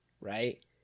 right